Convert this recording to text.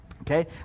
okay